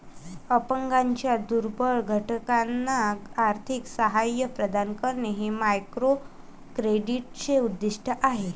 अपंगांच्या दुर्बल घटकांना आर्थिक सहाय्य प्रदान करणे हे मायक्रोक्रेडिटचे उद्दिष्ट आहे